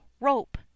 rope